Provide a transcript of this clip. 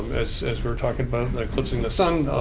as as we were talking about, eclipsing the sun,